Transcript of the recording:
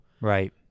right